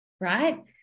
right